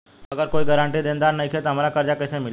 अगर कोई गारंटी देनदार नईखे त हमरा कर्जा कैसे मिली?